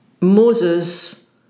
Moses